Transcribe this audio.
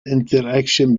interaction